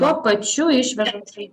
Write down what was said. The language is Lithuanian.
tuo pačiu išveža